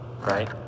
right